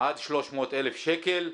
עד 300,000 שקל.